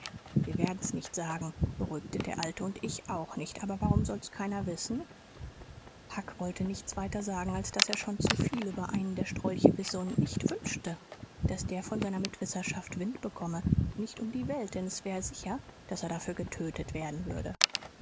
sie werden's nicht sagen beruhigte der alte und ich auch nicht aber warum soll's keiner wissen huck wollte nichts weiter sagen als daß er schon zu viel über einen der strolche wisse und nicht wünschte daß der von seiner mitwisserschaft wind bekomme nicht um die welt denn s wär sicher daß er dafür getötet werden würde